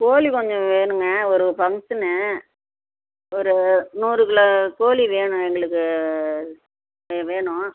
கோழி கொஞ்சம் வேணுங்க ஒரு பங்சனு ஒரு நூறுக் கிலோ கோழி வேணும் எங்களுக்கு வேணும்